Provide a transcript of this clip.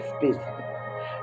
business